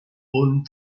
punt